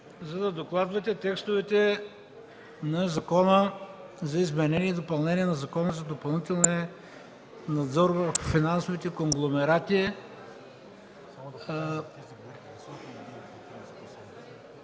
за да докладвате текстовете на Закона за изменение и допълнение на Закона за допълнителния надзор върху финансовите конгломерати.